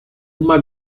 uma